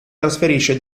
trasferisce